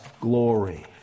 glory